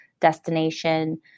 Destination